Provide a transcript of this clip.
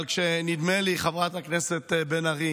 אבל כשיש, חברת הכנסת בן ארי,